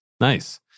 Nice